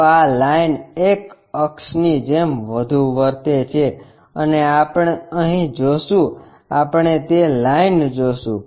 તો આ લાઈન એક અક્ષની જેમ વધુ વર્તે છે અને આપણે અહીં જોશું આપણે તે લાઈન જોશું